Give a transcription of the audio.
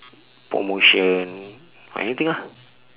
promotion or anything lah